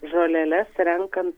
žoleles renkant